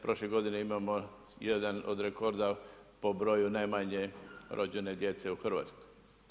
Prošle godine imamo jedan od rekorda po broju najmanje rođene u Hrvatskoj.